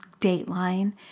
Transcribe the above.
Dateline